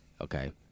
Okay